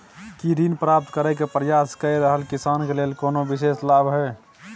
की ऋण प्राप्त करय के प्रयास कए रहल किसान के लेल कोनो विशेष लाभ हय?